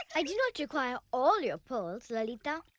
i do not require all your pearls, lalita,